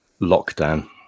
lockdown